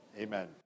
Amen